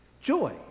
joy